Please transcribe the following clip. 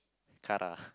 Kara